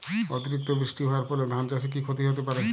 অতিরিক্ত বৃষ্টি হওয়ার ফলে ধান চাষে কি ক্ষতি হতে পারে?